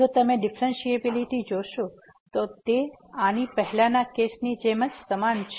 જો તમે ડીફ્રેન્સીએબીલીટી જોશો તો તે આની પહેલા ના કેસ ની સમાન જ છે